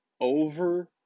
over